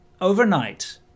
overnight